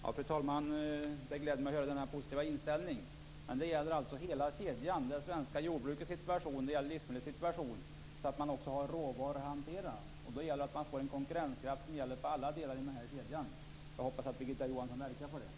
Fru talman! Denna positiva inställning gläder mig men det gäller hela kedjan, alltså både det svenska jordbrukets situation och livsmedelsindustrins situation. Det gäller ju att ha råvaror att hantera. Då behövs det konkurrenskraft inom alla delar av den här kedjan. Jag hoppas att Birgitta Johansson kan verka för detta.